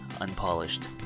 unpolished